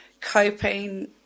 coping